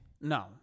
No